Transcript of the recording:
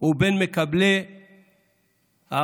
ובין מקבלי ההחלטות.